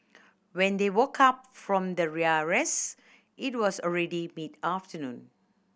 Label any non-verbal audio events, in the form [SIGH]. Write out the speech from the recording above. when they woke up from the [UNINTELLIGIBLE] rest it was already mid afternoon